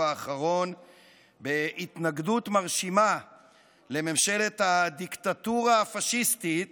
האחרון בהתנגדות מרשימה לממשלת הדיקטטורה הפשיסטית